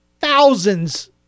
thousands